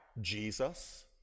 Jesus